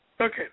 Okay